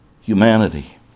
humanity